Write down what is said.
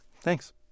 Thanks